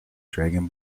dragon